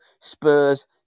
Spurs